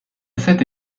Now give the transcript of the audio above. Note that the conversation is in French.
cette